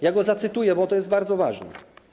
Ja go zacytuję, bo to jest bardzo ważne.